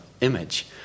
image